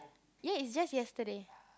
ya it's just yesterday